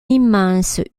immense